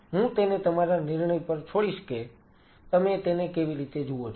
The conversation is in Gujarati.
હું તેને તમારા નિર્ણય પર છોડીશ કે તમે તેને કેવી રીતે જુઓ છો